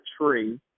tree